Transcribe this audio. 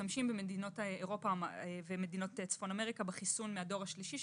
במדינות אירופה ובמדינות צפון אמריקה משתמשים בחיסון מהדור השלישי,